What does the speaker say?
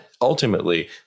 ultimately